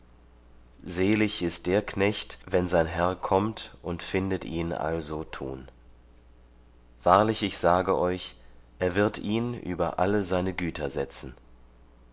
selig ist der knecht wenn sein herr kommt und findet ihn also tun wahrlich ich sage euch er wird ihn über alle seine güter setzen